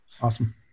awesome